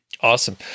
Awesome